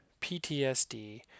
PTSD